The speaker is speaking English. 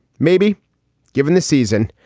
maybe given this season,